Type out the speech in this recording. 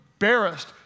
embarrassed